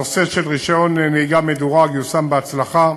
הנושא של רישיון נהיגה מדורג יושם בהצלחה,